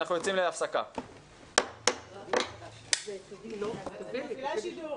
(הישיבה נפסקה בשעה 14:47 ונתחדשה בשעה 15:58.) אני פותח את ישיבת